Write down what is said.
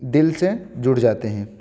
दिल सें जुड़ जाते हैं